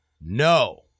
No